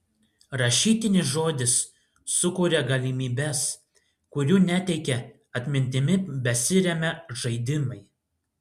rašytinis žodis sukuria galimybes kurių neteikė atmintimi besiremią žaidimai